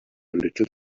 little